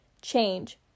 Change